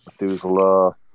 Methuselah